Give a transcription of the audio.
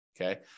Okay